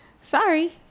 sorry